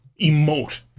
emote